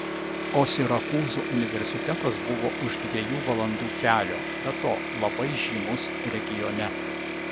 o sirakūzų universitetas buvo už dviejų valandų kelio be to labai žymus regione